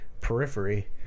Periphery